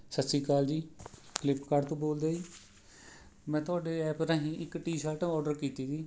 ਸਤਿ ਸ਼੍ਰੀ ਅਕਾਲ ਜੀ ਫਲਿੱਪਕਾਰਟ ਤੋਂ ਬੋਲਦੇ ਹੋ ਜੀ ਮੈਂ ਤੁਹਾਡੇ ਐਪ ਰਾਹੀਂ ਇੱਕ ਟੀ ਸ਼ਰਟ ਔਰਡਰ ਕੀਤੀ ਸੀ